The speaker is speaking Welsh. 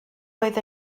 oedd